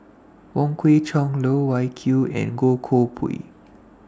Wong Kwei Cheong Loh Wai Kiew and Goh Koh Pui